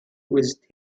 with